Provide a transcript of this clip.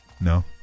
no